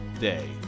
day